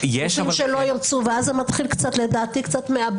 גופים שלא ירצו, ואז מתחילים קצת ומאבדים